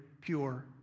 pure